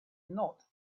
not